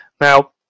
Now